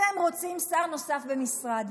אתם רוצים שר נוסף במשרד,